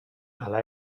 hala